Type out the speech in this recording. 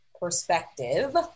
perspective